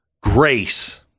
grace